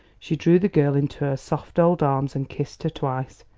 she drew the girl into her soft old arms and kissed her twice.